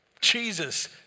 Jesus